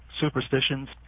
superstitions